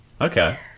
Okay